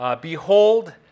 behold